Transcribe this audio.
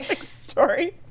story